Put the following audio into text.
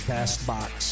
CastBox